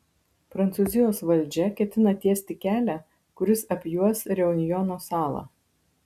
prancūzijos valdžia ketina tiesti kelią kuris apjuos reunjono salą